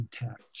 intact